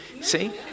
see